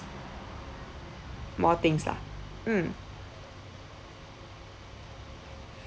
more things ah mm